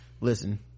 listen